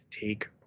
take